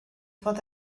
bod